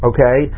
Okay